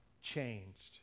changed